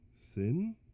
sin